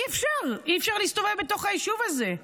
אי-אפשר להסתובב בתוך היישוב הזה.